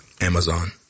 Amazon